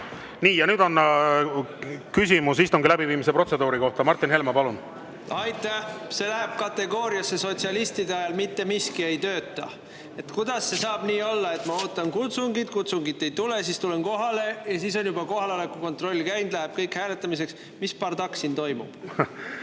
Nii ja nüüd on küsimus istungi läbiviimise protseduuri kohta. Martin Helme, palun! Aitäh! See läheb kategooriasse "Sotsialistide ajal mitte miski ei tööta". Kuidas saab olla nii, et ma ootan kutsungit, kutsungit ei tule, siis tulen kohale, aga siis on juba kohaloleku kontroll [tehtud], kõik, ja läheb hääletamiseks? Mis bardakk siin toimub?